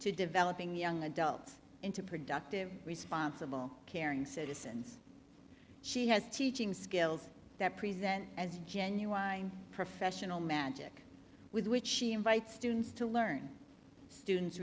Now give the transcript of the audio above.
to developing young adults into productive responsible caring citizens she has a teaching skills that present as genuine professional magic with which she invites students to learn students